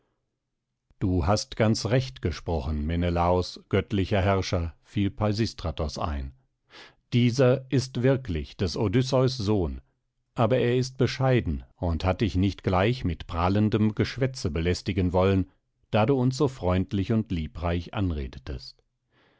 du hast ganz recht gesprochen menelaos göttlicher herrscher fiel peisistratos ein dieser ist wirklich des odysseus sohn aber er ist bescheiden und hat dich nicht gleich mit prahlendem geschwätze belästigen wollen da du uns so freundlich und liebreich anredetest